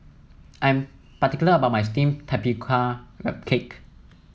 I'm particular about my steamed Tapioca Cake